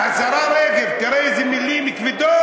מאמינה" השרה רגב, תראה איזה מילים כבדות: